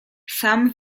sam